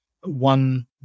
one